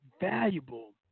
valuable